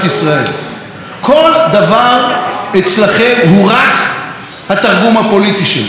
כל דבר אצלכם הוא רק התרגום הפוליטי שלו: חוק הגיוס,